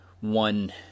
One